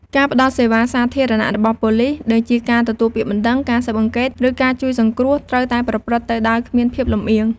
ការផ្តល់សេវាសាធារណៈរបស់ប៉ូលិស ដូចជាការទទួលពាក្យបណ្តឹង ការស៊ើបអង្កេត ឬការជួយសង្គ្រោះ ត្រូវតែប្រព្រឹត្តទៅដោយគ្មានភាពលំអៀង។